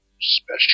special